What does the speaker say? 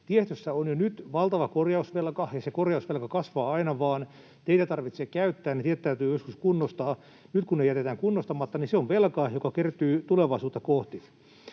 Tiestössä on jo nyt valtava korjausvelka, ja se korjausvelka kasvaa aina vain. Teitä tarvitsee käyttää, joten ne tiet täytyy joskus kunnostaa. Nyt kun ne jätetään kunnostamatta, niin se on velkaa, joka kertyy tulevaisuutta kohti.